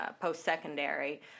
post-secondary